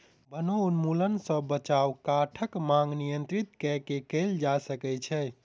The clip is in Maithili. वनोन्मूलन सॅ बचाव काठक मांग नियंत्रित कय के कयल जा सकै छै